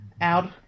out